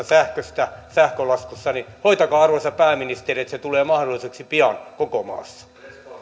sähköstä sähkölaskussa hoitakaa arvoisa pääministeri että se tulee mahdolliseksi pian koko maassa